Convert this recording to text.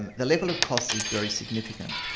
and the level of costs is very significant.